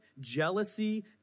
jealousy